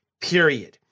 period